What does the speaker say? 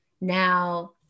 Now